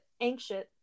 anxious